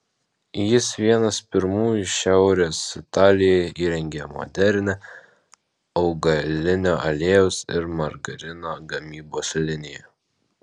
jis vienas pirmųjų šiaurės italijoje įrengė modernią augalinio aliejaus ir margarino gamybos liniją